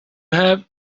have